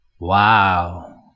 Wow